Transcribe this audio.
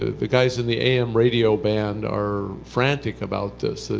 ah the guys in the a m. radio band are frantic about this,